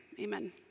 Amen